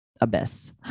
abyss